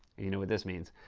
you know what this means.